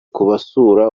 kubasura